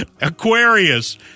Aquarius